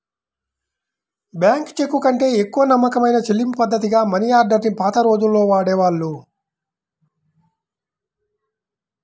bank చెక్కుకంటే ఎక్కువ నమ్మకమైన చెల్లింపుపద్ధతిగా మనియార్డర్ ని పాత రోజుల్లో వాడేవాళ్ళు